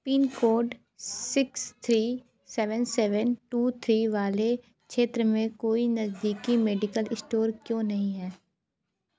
pin code six three seven seven two three वाले क्षेत्र में कोई नज़दीकी मेडिकल स्टोर क्यों नहीं है